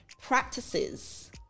practices